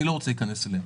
אני לא רוצה להיכנס אליהן.